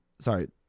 sorry